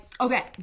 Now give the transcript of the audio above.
okay